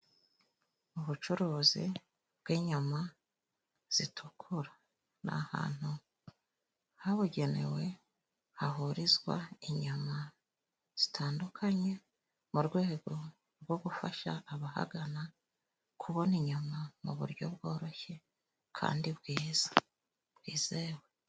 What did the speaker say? Ubucuruzi bw'inyama zitukura. Ni ahantu habugenewe hahurizwa inyama zitandukanye, mu rwego rwo gufasha abahagana, kubona inyama mu buryo bworoshye kandi bwiza bwizewe.